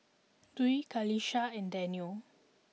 Dwi Qalisha and Daniel